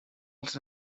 els